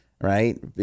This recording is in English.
Right